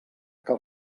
cal